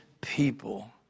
people